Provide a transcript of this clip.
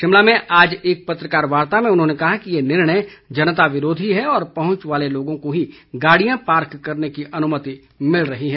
शिमला में आज एक पत्रकार वार्ता में उन्होंने कहा कि ये निर्णय जनता विरोधी है और पहुंच वाले लोगों को ही गाड़ियां पार्क करने की अनुमति मिल रही है